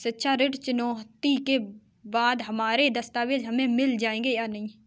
शिक्षा ऋण चुकाने के बाद हमारे दस्तावेज हमें मिल जाएंगे या नहीं?